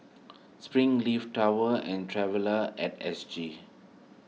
Springleaf Tower and Traveller at S G